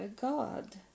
God